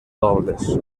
dobles